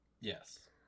Yes